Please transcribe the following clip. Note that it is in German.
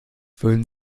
würden